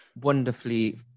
wonderfully